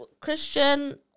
Christian